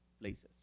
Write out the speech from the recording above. places